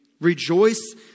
Rejoice